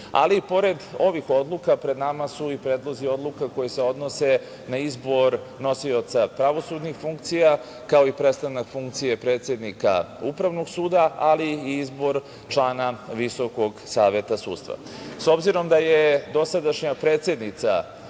odluke. Pored ovih odluka, pred nama su i predlozi odluka koji se odnose na izbor nosioca pravosudnih funkcija, kao i prestanak funkcije predsednika Upravnog suda, ali i izbor člana Viskog saveta sudstva.S obzirom da je dosadašnja predsednica